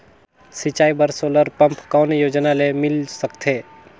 सिंचाई बर solar pump कौन योजना ले मिल सकथे?